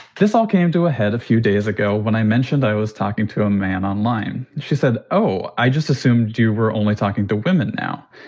this all came to a head a few days ago when i mentioned i was talking to a man online. she said, oh, i just assumed you were only talking to women. now,